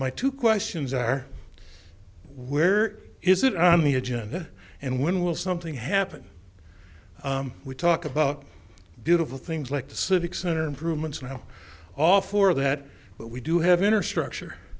my two questions are where is it on the agenda and when will something happen we talk about beautiful things like the civic center improvements now all for that but we do have inner structure